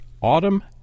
Autumn